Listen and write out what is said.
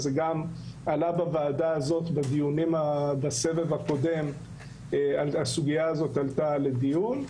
זה גם עלה בוועדה הזאת בדיונים בסבב הקודם כשהסוגיה זאת עלתה לדיון.